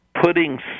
putting